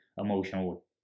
emotional